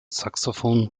saxophon